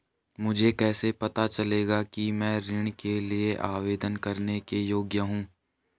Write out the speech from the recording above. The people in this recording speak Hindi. मुझे कैसे पता चलेगा कि मैं ऋण के लिए आवेदन करने के योग्य हूँ?